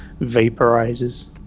vaporizes